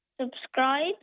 subscribe